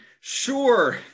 sure